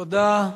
תודה.